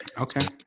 Okay